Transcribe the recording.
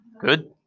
Good